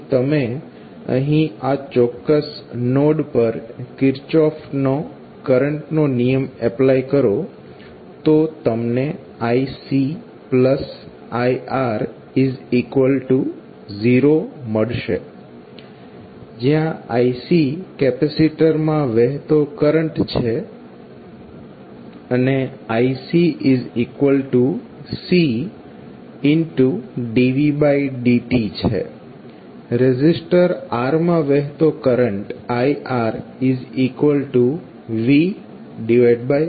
જો તમે અહીં આ ચોક્ક્સ નોડ પર કિર્ચોફનો કરંટનો નિયમ એપ્લાય કરો તો તમને ICIR0 મળશે IC કેપેસીટર માં વહેતો કરંટ છે ICCdvdt છે રેઝિસ્ટર R માં વહેતો કરંટ IRvRછે